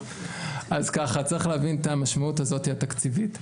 אז צריך להבין את המשמעות התקציבית הזו.